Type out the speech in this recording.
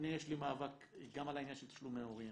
יש לי מאבק גם על העניין של תשלומי הורים